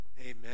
Amen